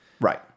Right